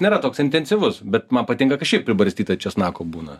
nėra toks intensyvus bet man patinka kai šiaip pribarstyta česnako būna